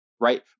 Right